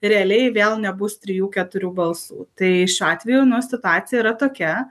realiai vėl nebus trijų keturių balsų tai šiuo atveju nu situacija yra tokia